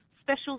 special